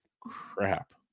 crap